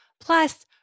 Plus